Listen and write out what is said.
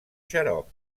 xarop